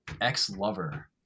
ex-lover